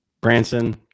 Branson